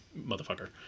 motherfucker